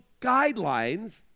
guidelines